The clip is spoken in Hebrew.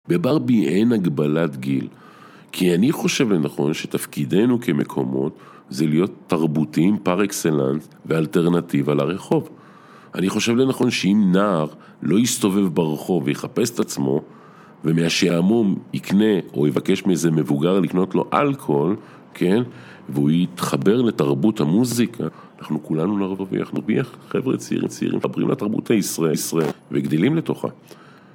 בברבי אין הגבלת גיל, כי אני חושב לנכון שתפקידנו כמקומות, זה להיות תרבותיים פר-אקסלנס ואלטרנטיבה לרחוב. אני חושב לנכון שאם נער לא יסתובב ברחוב ויחפש את עצמו, ומהשעמום יקנה או יבקש מאיזה מבוגר לקנות לו אלכוהול, כן? והוא יתחבר לתרבות המוזיקה, אנחנו כולנו נרוויח, אנחנו חבר'ה צעירים צעירים שחברים לתרבות הישראלית וגדילים לתוכה.